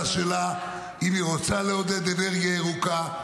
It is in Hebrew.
שלה אם היא רוצה לעודד אנרגיה ירוקה,